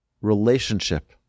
relationship